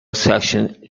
section